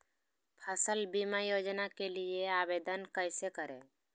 फसल बीमा योजना के लिए आवेदन कैसे करें?